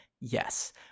Yes